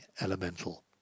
elemental